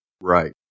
Right